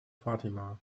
fatima